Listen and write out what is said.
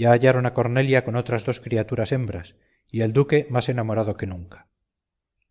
ya hallaron a cornelia con otras dos criaturas hembras y al duque más enamorado que nunca